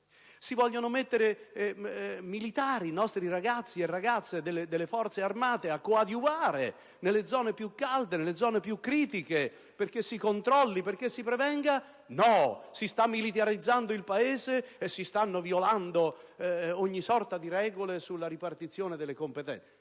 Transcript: Si vogliono mettere i militari, i nostri ragazzi e ragazze delle Forze armate, a coadiuvare nelle zone più calde e critiche perché si controlli e si prevenga? No, si sta militarizzando il Paese e si sta violando ogni sorta di regole sulla ripartizione delle competenze.